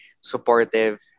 supportive